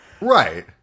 Right